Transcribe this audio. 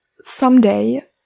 someday